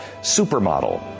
supermodel